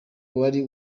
wari